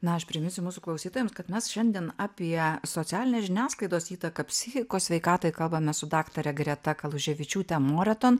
na aš priminsiu mūsų klausytojams kad mes šiandien apie socialinės žiniasklaidos įtaką psichikos sveikatai kalbamės su daktare greta kaluževičiūte moreton